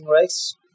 race